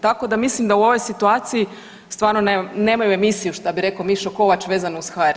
Tako da mislim da u ovoj situaciji stvarno nemaju emisiju šta bi rekao Mišo Kovač vezano uz HRT.